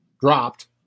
dropped